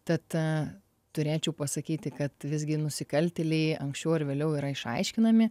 tad a turėčiau pasakyti kad visgi nusikaltėliai anksčiau ar vėliau yra išaiškinami